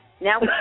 Now